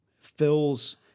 fills